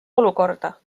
olukorda